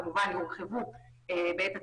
כמובן שהם יורחבו בעת הצורך,